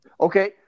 Okay